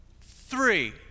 three